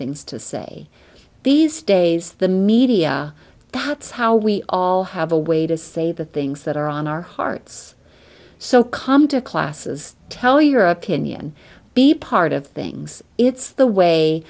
things to say these days the media that's how we all have a way to say the things that are on our hearts so come to classes tell your opinion be part of things it's the way